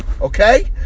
Okay